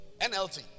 NLT